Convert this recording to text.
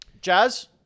Jazz